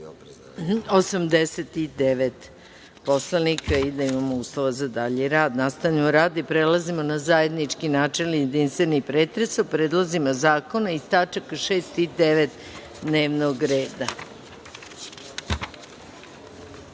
poslanika i da imamo uslova za dalji rad. Nastavljamo rad i prelazimo na zajednički načelni jedinstveni pretres o predlozima zakona iz tačaka 6. i 9. dnevnog